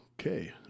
okay